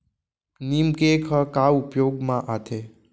नीम केक ह का उपयोग मा आथे?